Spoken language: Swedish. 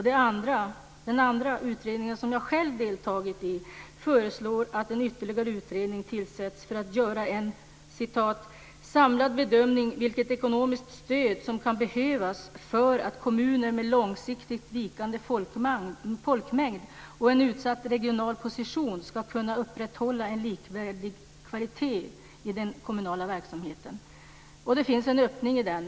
Den andra utredningen, som jag själv deltagit i, föreslår att en ytterligare utredning tillsätts för att "göra en samlad bedömning vilket ekonomiskt stöd som kan behövas för att kommuner med långsiktigt vikande folkmängd och en utsatt regional position ska kunna upprätthålla en likvärdig kvalitet i den kommunala verksamheten." Det finns en öppning.